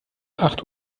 acht